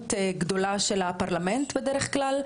מעורבות גדולה של הפרלמנט בדרך כלל,